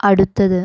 അടുത്തത്